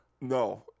No